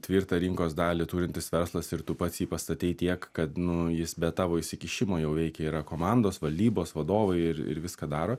tvirtą rinkos dalį turintis verslas ir tu pats jį pastatei tiek kad nu jis be tavo įsikišimo jau veikia yra komandos valdybos vadovai ir ir viską daro